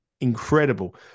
incredible